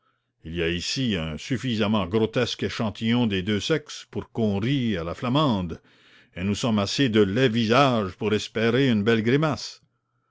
il y a ici un suffisamment grotesque échantillon des deux sexes pour qu'on rie à la flamande et nous sommes assez de laids visages pour espérer une belle grimace